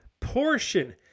portion